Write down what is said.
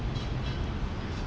you brave lah